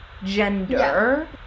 gender